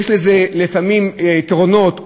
יש לזה לפעמים יתרונות,